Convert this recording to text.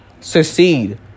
Succeed